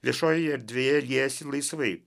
viešojoje erdvėje liejasi laisvai